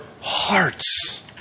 hearts